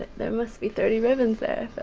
there must be thirty ribbons there.